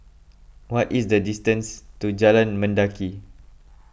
what is the distance to Jalan Mendaki